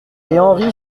henri